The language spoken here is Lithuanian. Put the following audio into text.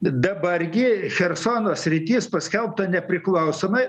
dabar gi chersono sritis paskelbta nepriklausoma